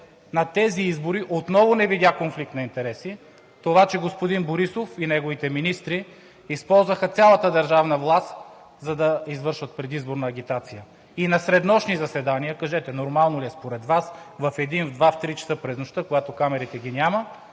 на тези избори отново не видя конфликт на интереси в това, че господин Борисов и неговите министри използваха цялата държавна власт, за да извършват предизборна агитация. И на среднощни заседания, кажете нормално ли е според вас, в един, в два, в три часа през нощта, когато камерите ги няма,